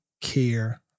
care